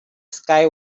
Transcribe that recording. sky